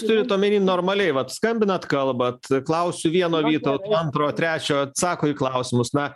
turit omeny normaliai vat skambinat kalbat klausiu vieno vytauto antro trečio atsako į klausimus na